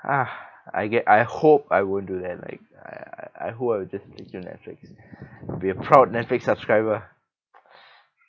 ah I get I hope I won't do that like I I I hope I'll just stick to netflix be a proud netflix subscriber